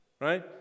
right